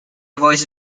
voices